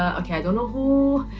ah okay i don't know who.